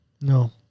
No